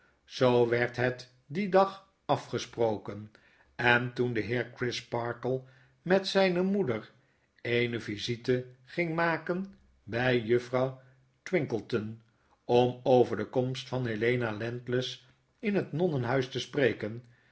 zoo werd het dien dag afgesproken en toen de heer crisparkle met zyne moeder eene visite ging maken by juffrouw twinkleton om over de komst van helena landless in het nonnenhuis te spreken